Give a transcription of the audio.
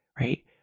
right